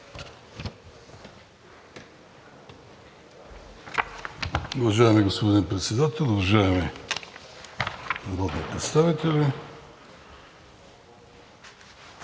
Уважаеми господин Председател, уважаеми народни представители!